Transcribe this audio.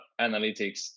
analytics